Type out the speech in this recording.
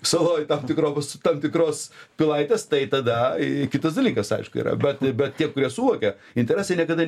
saloj tam tikroms tam tikros pilaitės tai tada kitas dalykas aišku yra bet bet tie kurie suvokia interesai niekada